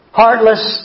heartless